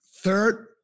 Third